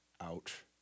Ouch